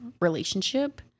relationship